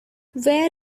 where